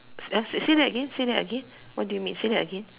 !huh! say that again say that again what do you mean say that again